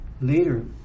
Later